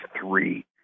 three